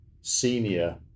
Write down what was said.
senior